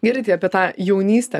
gerai tai apie tą jaunystę